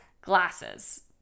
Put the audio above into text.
glasses